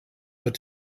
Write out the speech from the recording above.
but